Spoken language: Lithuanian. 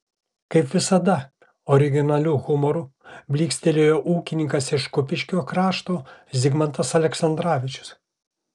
kaip visada originaliu humoru blykstelėjo ūkininkas iš kupiškio krašto zigmantas aleksandravičius